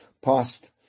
past